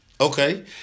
Okay